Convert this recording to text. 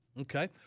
Okay